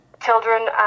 children